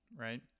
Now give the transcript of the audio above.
right